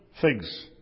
figs